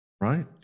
Right